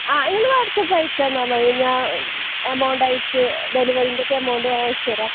ആ നിങ്ങൾ വാഡ്സ്ആപ്പ് അയച്ച് തന്നാൽ മതി ഞാൻ എമൗണ്ട് അയച്ച് ഡെലിവറിൻ്റെ ഒക്കെ എമൗണ്ട് അയച്ചു തരാം